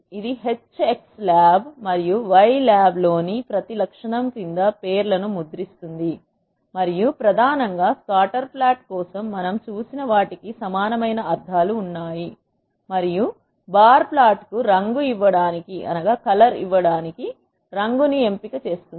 ఇది H x lab మరియు y lab లోని ప్రతి లక్షణం క్రింద పేర్లను ముద్రిస్తుంది మరియు ప్రధానంగా స్కాటర్ప్లాట్ కోసం మనం చూసిన వాటికి సమానమైన అర్ధాలు ఉన్నాయి మరియు బార్ ప్లాట్కు రంగు ఇవ్వడానికి రంగు ఎంపిక ను ఇస్తుంది